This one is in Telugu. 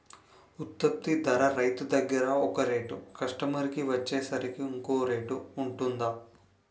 ఉత్పత్తి ధర రైతు దగ్గర ఒక రేట్ కస్టమర్ కి వచ్చేసరికి ఇంకో రేట్ వుంటుందా?